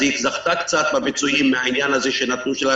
אז היא זכתה קצת מהפיצויים מהעניין הזה שנתנו,